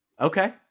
Okay